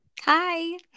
Hi